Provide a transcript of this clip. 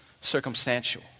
circumstantial